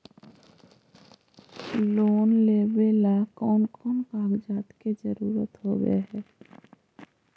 Loan लेबे ला कौन कौन कागजात के जरुरत होबे है?